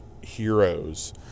heroes